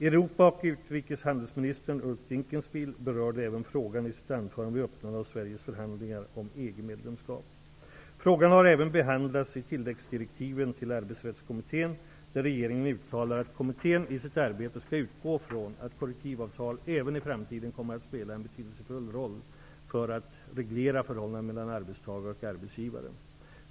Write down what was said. Europa och utrikeshandelsministern Ulf Dinkelspiel berörde även frågan i sitt anförande vid öppnandet av Frågan har även behandlats i tilläggsdirektiven till Arbetsrättskommittén, där regeringen uttalar att kommittén i sitt arbete skall utgå från att kollektivavtal även i framtiden kommer att spela en betydelsefull roll för att reglera förhållandet mellan arbetstagare och arbetsgivare.